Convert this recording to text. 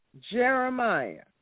Jeremiah